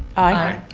aye.